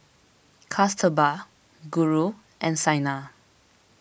Kasturba Guru and Saina